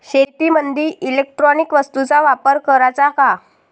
शेतीमंदी इलेक्ट्रॉनिक वस्तूचा वापर कराचा का?